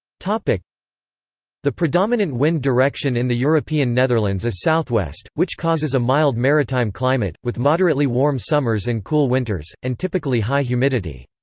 the predominant wind direction in the european netherlands is southwest, which causes a mild maritime climate, with moderately warm summers and cool winters, and typically high humidity.